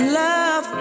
love